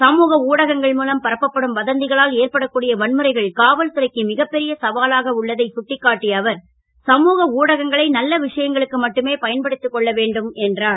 சமூக ஊடகங்கள் மூலம் பரப்பப்படும் வதந் களால் ஏற்படக்கூடிய வன்முறைகள் காவல்துறைக்கு மிகப் பெரிய சவாலாக உள்ளதை சுட்டீக்காட்டிய அவர் சமூக ஊடகங்களை நல்ல விஷயங்களுக்கு மட்டுமே பயன்படுத் கொள்ள வேண்டும் என்றார்